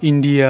India